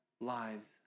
lives